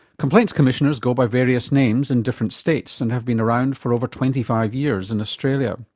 complaints commissioners go by various names in different states and have been around for over twenty five years in australia.